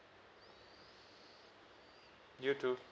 you too